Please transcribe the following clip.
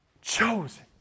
chosen